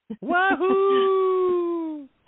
Wahoo